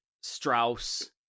Strauss